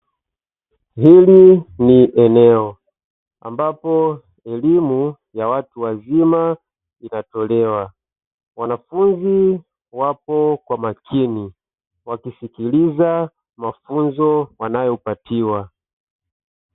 Hili ni eneo ambapo elimu ya watu wazima inatolewa, wanafunzi wapo kwa makini wakisikiliza mafunzo wanayopatiwa.